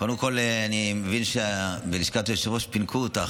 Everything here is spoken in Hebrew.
קודם כול, אני מבין שבלשכת היושב-ראש פינקו אותך.